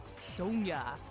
Sonya